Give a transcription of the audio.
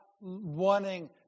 wanting